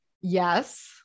yes